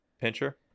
pincher